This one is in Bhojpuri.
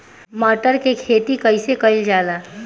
मटर के खेती कइसे कइल जाला?